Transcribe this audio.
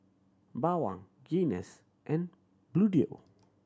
Bawang Guinness and Bluedio